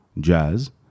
jazz